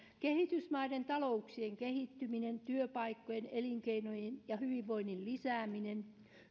kehitysmaiden talouksien kehittyminen työpaikkojen elinkeinojen ja hyvinvoinnin lisääminen